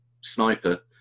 sniper